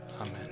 Amen